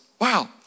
Wow